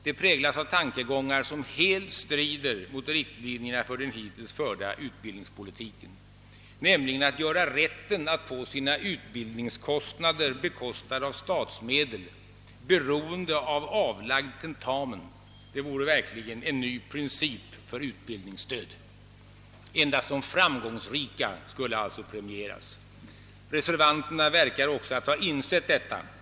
Det präglas av tankegångar, vilka helt strider mot riktlinjerna för den hittills förda utbildningspolitiken, nämligen att göra rätten att få utbildningskostnader betalda av statsmedel beroende av avlagd tentamen. Det vore verkligen en ny princip för utbildningsstöd: endast de framgångsrika skall premieras. Reservanterna verkar också att ha insett detta.